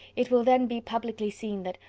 it will then be publicly seen that,